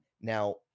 now